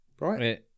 Right